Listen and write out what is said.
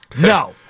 No